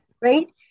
right